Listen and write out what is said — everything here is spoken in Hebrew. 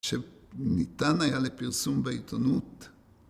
כשניתן היה לפרסום בעיתונות.